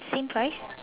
same price